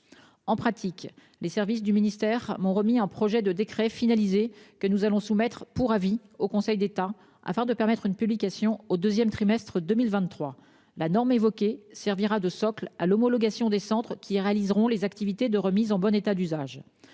En pratique, les services du ministère m'ont remis un projet de décret finalisé, que nous allons soumettre pour avis au Conseil d'État afin de permettre une publication au deuxième trimestre 2023. La norme que j'ai évoquée servira également de socle à l'homologation des centres qui réaliseront les activités de remise en bon état d'usage.